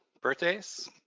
Birthdays